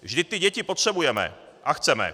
Vždyť ty děti potřebujeme a chceme.